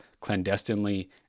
clandestinely